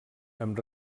amb